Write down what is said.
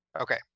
Okay